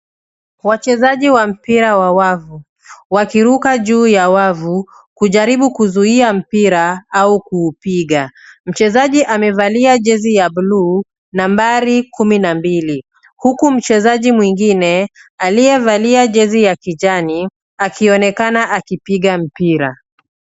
Wachezaji wa mpira wa wavu wakiruka juu ya wavu kujaribu kuzuia mpira au kuupiga. Mchezaji amevalia jezi ya bluu nambari kumi na mbili huku mchezaji mwingine aliyevalia jezi ya kijani akionekana akipiga mpira.